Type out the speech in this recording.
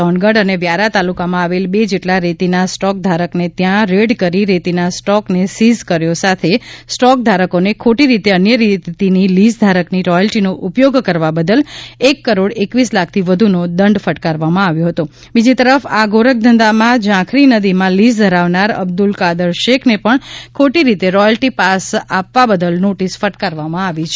સોનગઢ અને વ્યારા તાલુકામાં આવેલ બે જેટલા રેતી ના સ્ટોક ધારક ને ત્યાં રેડ કરી રેતીના સ્ટોકને સીઝ કર્યો સાથે સ્ટોક ધારકોને ખોટી રીતે અન્ય રેતીની લીઝ ધારકની રોયલ્ટી નો ઉપયોગ કરવા બદલ એક કરોડ એકવીસ લાખ થી વધુનો દંડ ફ્ટકારવામાં આવ્યો હતો બીજી તરફ આ ગોરખ ધંધામાં ઝાંખરી નદી માં લીઝ ધરાવનાર અબ્દુલ કાદર શેખ ને પણ ખોટી રીતે રોયલ્ટી પાસ આપવા બદલ નોટિસ ફટકારવામાં આવી છે